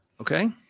Okay